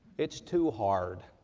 it's too hard.